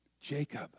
Jacob